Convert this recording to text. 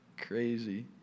Crazy